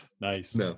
Nice